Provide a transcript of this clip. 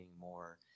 more